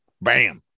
bam